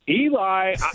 Eli